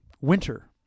winter